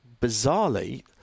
Bizarrely